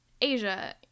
Asia